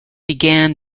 began